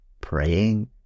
praying